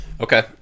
Okay